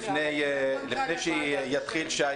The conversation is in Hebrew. לפני ששי יתחיל,